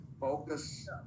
Focus